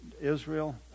Israel